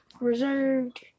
reserved